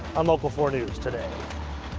um local four news today.